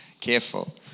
Careful